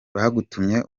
bagutumye